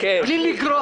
בלי הכסף